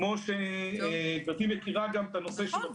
כמו שגברתי מכירה גם את הנושא של --- נכון.